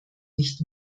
nicht